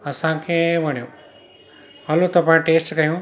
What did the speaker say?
असांखे वणियो हलो त पाण टेस्ट कयूं